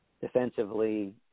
defensively